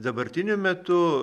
dabartiniu metu